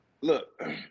Look